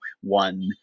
one